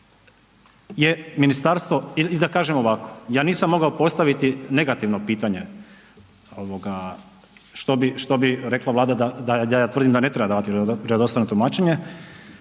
da kažem ovako, ja nisam mogao postaviti negativno pitanje što bi rekla Vlada da ja tvrdim da ne treba davati vjerodostojno tumačenje